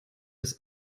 des